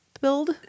build